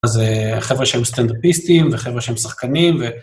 אז חבר'ה שהם סטנדאפיסטים וחבר'ה שהם שחקנים ו...